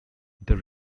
there